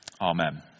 Amen